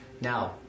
Now